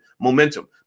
momentum